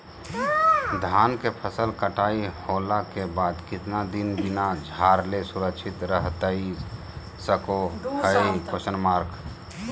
धान के फसल कटाई होला के बाद कितना दिन बिना झाड़ले सुरक्षित रहतई सको हय?